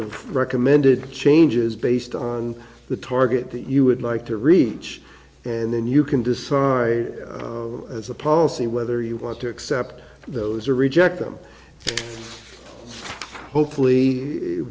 of recommended changes based on the target that you would like to reach and then you can decide as a policy whether you want to accept those or reject them hopefully